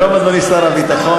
שלום, אדוני שר הביטחון,